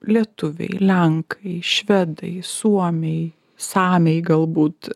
lietuviai lenkai švedai suomiai samiai galbūt